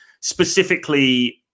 specifically